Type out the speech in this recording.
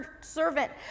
servant